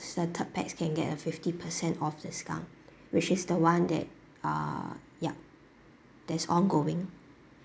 the third pax can get a fifty percent off discount which is the one that uh ya that's ongoing